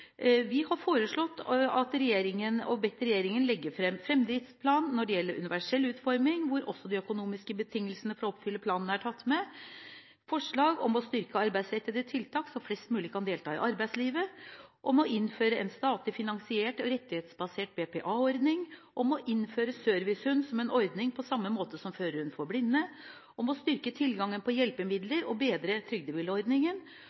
bedt regjeringen legge fram en fremdriftsplan når det gjelder universell utforming, hvor også de økonomiske betingelsene for å oppfylle planen er tatt med. Vi har forslag om å styrke arbeidsrettede tiltak, så flest mulig kan delta i arbeidslivet, forslag om å innføre en statlig finansiert og rettighetsbasert BPA-ordning, forslag om å innføre servicehund som en ordning på samme måte som førehund for blinde, forslag om å styrke tilgangen på